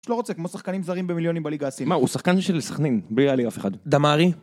שלא רוצה כמו שחקנים זרים במיליונים בליגה הסינית. מה הוא שחקן של סכנין בלי להעליב אף אחד. דמרי